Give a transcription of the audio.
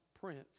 prince